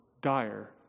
dire